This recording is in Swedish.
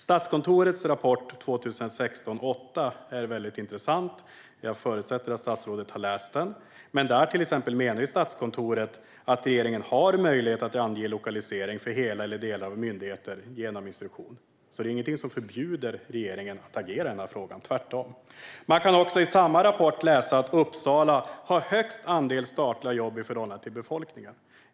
Statskontorets rapport 2016:8 är väldigt intressant. Jag förutsätter att statsrådet har läst den. Där menar Statskontoret till exempel att regeringen har möjlighet att ange lokalisering för hela eller delar av myndigheter genom instruktion. Det finns alltså inget som förbjuder regeringen att agera i denna fråga - tvärtom. Man kan också i samma rapport läsa att Uppsala har högst andel statliga jobb i förhållande till befolkningen.